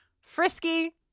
frisky